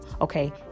Okay